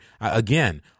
Again